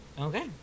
Okay